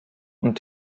und